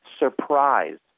surprise